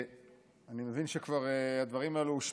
אני מבין שהדברים האלה כבר הושמעו כאן הערב,